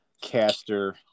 caster